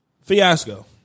Fiasco